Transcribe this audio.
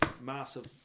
massive